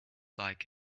like